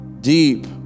deep